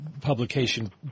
publication